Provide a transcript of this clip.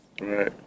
Right